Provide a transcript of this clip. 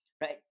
right